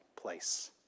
place